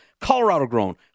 Colorado-grown